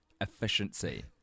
efficiency